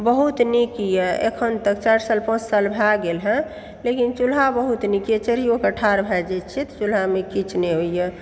बहुत नीकए अखन तक चारि साल पाँच साल भए गेल हँ लेकिन चूल्हा बहुत नीकए चढिओके ठाढ भए जायत छियै तऽ चूल्हामे किछु नहि होइए